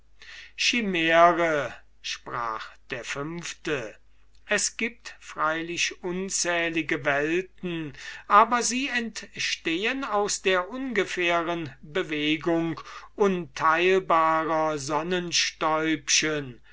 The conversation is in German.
schimäre sprach der fünfte es gibt freilich unzählige welten aber sie entstehen aus der ungefähren bewegung unteilbarer